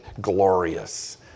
glorious